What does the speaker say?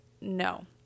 no